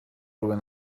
when